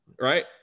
right